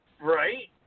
Right